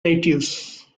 natives